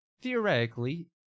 theoretically